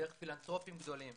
דרך פילנתרופים גדולים